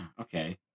Okay